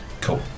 cool